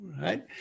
right